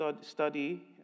study